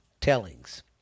tellings